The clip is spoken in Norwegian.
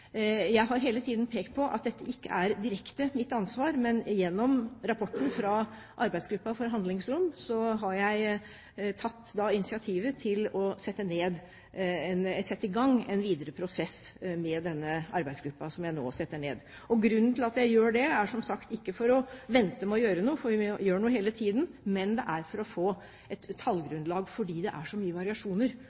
Jeg har hele tiden pekt på at dette ikke direkte er mitt ansvar, men ut fra rapporten fra Handlingsromutvalget har jeg tatt initiativet til å sette i gang en videre prosess, med denne arbeidsgruppen som jeg nå setter ned. Grunnen til at jeg gjør det, er som sagt ikke at vi skal vente med å gjøre noe, for vi gjør noe hele tiden, men det er for å få et tallgrunnlag, fordi det er så mye